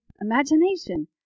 imagination